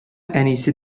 әнисе